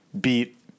beat